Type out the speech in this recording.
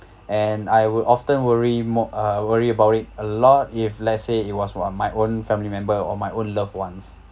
and I would often worry more uh worry about it a lot if let's say it was of my own family member or my own love ones